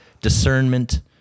discernment